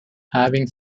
having